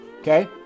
Okay